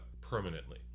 permanently